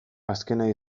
azkena